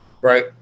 right